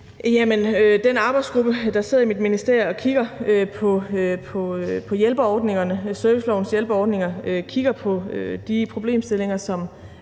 Den arbejdsgruppe, der sidder i mit ministerium og kigger på servicelovens hjælpeordninger, kigger på de problemstillinger,